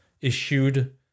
issued